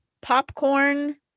Popcorn